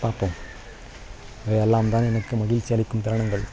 பார்ப்போம் இவை எல்லாம் தான் எனக்கு மகிழ்ச்சி அளிக்கும் தருணங்கள்